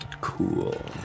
cool